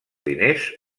diners